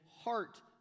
heart